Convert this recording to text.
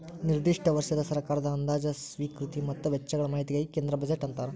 ನಿರ್ದಿಷ್ಟ ವರ್ಷದ ಸರ್ಕಾರದ ಅಂದಾಜ ಸ್ವೇಕೃತಿ ಮತ್ತ ವೆಚ್ಚಗಳ ಮಾಹಿತಿಗಿ ಕೇಂದ್ರ ಬಜೆಟ್ ಅಂತಾರ